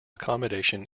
accommodation